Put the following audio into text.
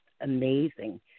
amazing